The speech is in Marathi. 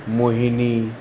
मोहिनी